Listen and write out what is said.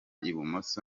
ibumoso